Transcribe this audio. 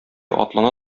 атлана